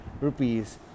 rupees